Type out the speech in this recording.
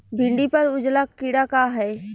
भिंडी पर उजला कीड़ा का है?